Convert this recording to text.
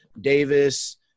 Davis